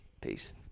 Peace